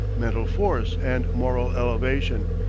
mental force and moral elevation.